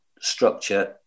structure